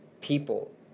people